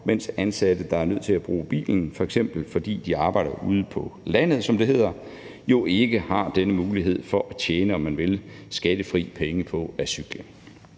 mens ansatte, der er nødt til at bruge bilen, f.eks. fordi de arbejder ude på landet, som det hedder, jo ikke har denne mulighed for at tjene, om man vil, skattefri penge på at cykle.